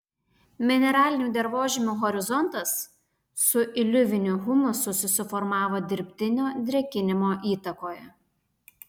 mineralinių dirvožemių horizontas su iliuviniu humusu susiformavo dirbtinio drėkinimo įtakoje